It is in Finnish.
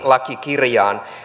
lakikirjaan